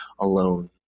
alone